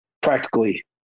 practically